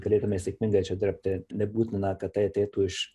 galėtume sėkmingai čia dirbti nebūtina kad tai ateitų iš